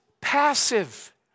passive